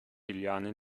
juliane